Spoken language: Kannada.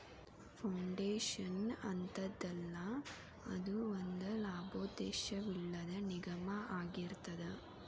ಫೌಂಡೇಶನ್ ಅಂತದಲ್ಲಾ, ಅದು ಒಂದ ಲಾಭೋದ್ದೇಶವಿಲ್ಲದ್ ನಿಗಮಾಅಗಿರ್ತದ